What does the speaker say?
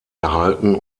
erhalten